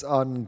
on